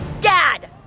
Dad